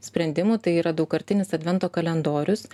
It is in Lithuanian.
sprendimų tai yra daugkartinis advento kalendorius